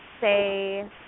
say